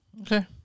Okay